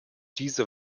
diese